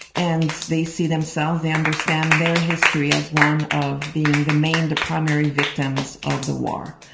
and they see themselves, they understand their history as one of being the main, the primary victims of the war.